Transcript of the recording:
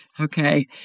Okay